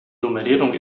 nummerierung